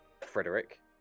Frederick